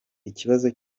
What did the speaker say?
ikibazo